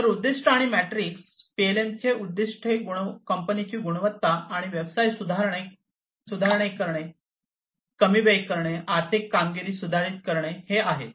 तर उद्दीष्टे आणि मॅट्रिक्स पीएलएमचे उद्दीष्टे कंपनीची गुणवत्ता आणि व्यवसाय सुधारणे करणे वेळ कमी करणे आर्थिक कामगिरी सुधारित करणे हे आहेत